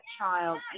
child